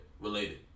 related